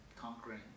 conquering